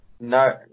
No